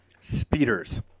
speeders